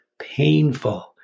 painful